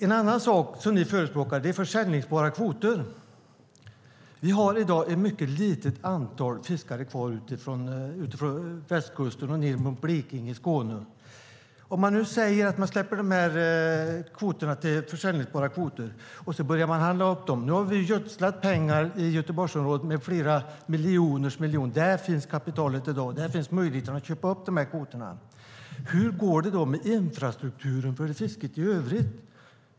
En annan sak som ni förespråkar är säljbara kvoter. Vi har i dag ett mycket litet antal fiskare kvar på Västkusten och i Skåne och Blekinge. Vad händer om kvoterna görs säljbara och man börjar handla upp dem? Vi har gödslat med pengar i Göteborgsområdet - miljoners miljoner. Där finns i dag kapitalet och möjligheten att köpa upp dessa kvoter. Men hur går det då med infrastrukturen för fisket i övrigt?